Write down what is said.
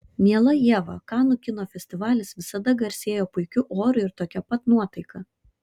miela ieva kanų kino festivalis visada garsėjo puikiu oru ir tokia pat nuotaika